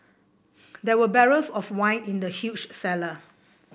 there were barrels of wine in the huge cellar